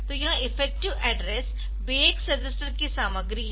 तो यह effective address BX register की सामग्री है